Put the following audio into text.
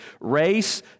race